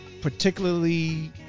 particularly